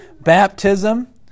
baptism